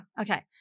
Okay